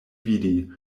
vidi